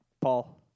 Paul